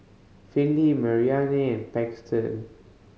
Finley Marianne and Paxton